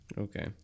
Okay